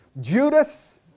Judas